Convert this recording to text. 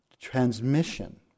transmission